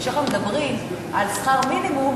כשאנחנו מדברים על שכר מינימום,